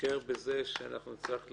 נישאר בזה שנצטרף לקרוא.